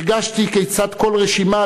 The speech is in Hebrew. הרגשתי כיצד כל רשימה,